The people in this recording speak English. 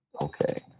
Okay